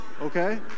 okay